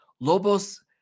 Lobos